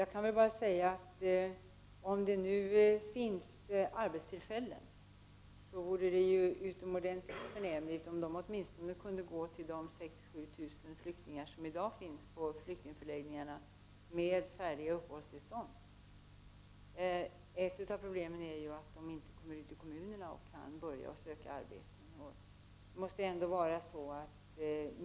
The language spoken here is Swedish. Jag kan bara säga att om det nu finns arbetstillfällen, vore det utomordentligt förnämligt om vi åtminstone kunde gå till de 6 000-7 000 flyktingar som i dag finns ute på flyktingförläggningarna med färdiga uppehållstillstånd. Ett av problemen är ju att flyktingarna inte kommer ut i kommunerna och kan börja söka arbeten.